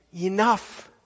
enough